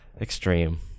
extreme